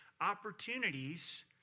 opportunities